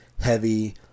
heavy